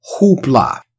hoopla